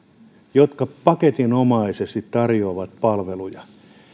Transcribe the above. jotka paketinomaisesti tarjoavat palveluja